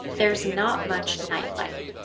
there's not much nightlife